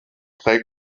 trägt